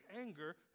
anger